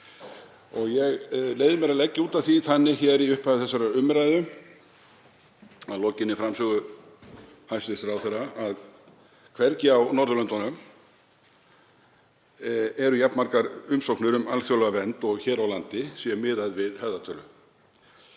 Ég leyfi mér að leggja út af því þannig hér í upphafi þessarar umræðu, að lokinni framsögu hæstv. ráðherra, að hvergi á Norðurlöndunum eru jafn margar umsóknir um alþjóðlega vernd og hér á landi sé miðað við höfðatölu.